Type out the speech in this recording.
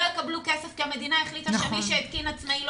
יקבלו כסף כי המדינה החליטה שמי שהתקין עצמאית,